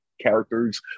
characters